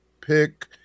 pick